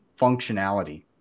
functionality